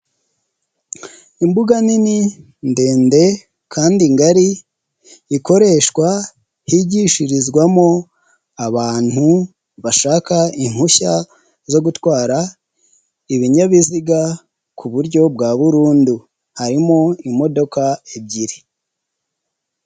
Imbuga nini, ndende, kandi ngari, ikoreshwa, higishirizwamo, abantu, bashaka, impushya zo gutwara, ibinyabiziga ku buryo bwa burundu. Harimo imodoka ebyiri.